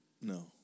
No